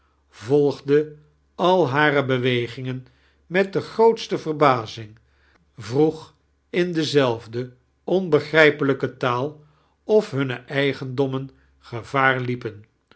volgde al hare bewegingen met de grootste venbazing vroeg in deeelfde onbegrijpelijkie taal of hunme eigendommien gevaar liepen